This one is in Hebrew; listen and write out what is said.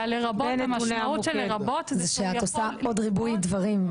כי המשמעות של 'לרבות' זה שהוא יכול לצפות רק כשהוא נכנס למוקד.